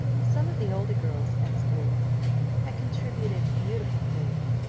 some of the older girls at school had contributed beautiful things.